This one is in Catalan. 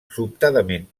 sobtadament